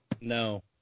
No